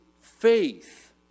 faith